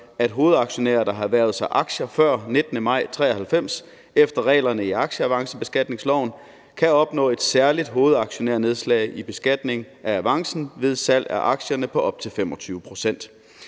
at hovedaktionærer, der har erhvervet sig aktier før 19. maj 1993 efter reglerne i aktieavancebeskatningsloven, kan opnå et særligt hovedaktionærnedslag i beskatning af avancen på op til 25 pct.